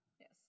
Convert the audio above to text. Yes